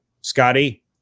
Scotty